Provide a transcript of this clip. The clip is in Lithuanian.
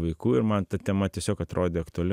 vaikų ir man ta tema tiesiog atrodė aktuali